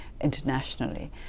internationally